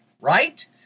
right